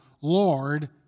Lord